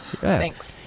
Thanks